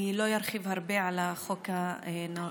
אני לא ארחיב הרבה על החוק הנורבגי,